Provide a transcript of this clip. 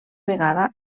vegada